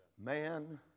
man